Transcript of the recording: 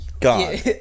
god